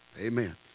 Amen